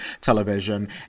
television